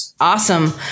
awesome